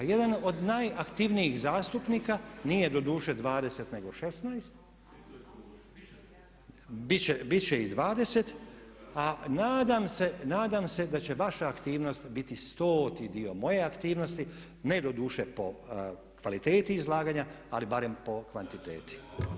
Pa jedan od najaktivnijih zastupnika, nije doduše 20 nego 16, bit će i 20, a nadam se da će vaša aktivnost biti stoti dio moje aktivnosti ne doduše po kvaliteti izlaganja ali barem po kvantiteti.